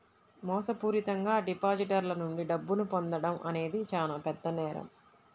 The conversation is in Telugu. మోసపూరితంగా డిపాజిటర్ల నుండి డబ్బును పొందడం అనేది చానా పెద్ద నేరం